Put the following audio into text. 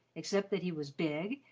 except that he was big,